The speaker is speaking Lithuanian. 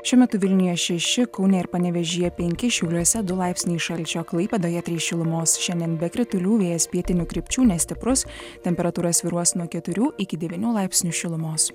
šiuo metu vilniuje šeši kaune ir panevėžyje penki šiauliuose du laipsniai šalčio klaipėdoje trys šilumos šiandien be kritulių vėjas pietinių krypčių nestiprus temperatūra svyruos nuo keturių iki devynių laipsnių šilumos